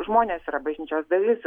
žmonės yra bažnyčios dalis